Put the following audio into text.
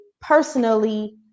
personally